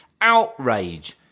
outrage